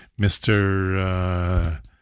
mr